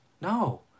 No